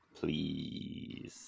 please